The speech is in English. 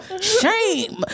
shame